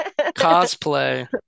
cosplay